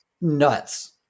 nuts